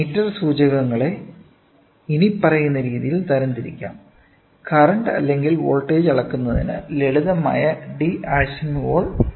metre സൂചകങ്ങളെ ഇനിപ്പറയുന്ന രീതിയിൽ തരംതിരിക്കാം കറന്റ് അല്ലെങ്കിൽ വോൾട്ടേജ് അളക്കുന്നതിന് ലളിതമായ ഡി ആഴ്സൺവാൾ D Arsonval തരം